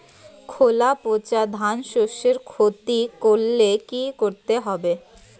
খোলা পচা ধানশস্যের ক্ষতি করলে কি করতে হবে?